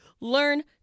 Learn